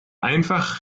einfach